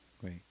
Great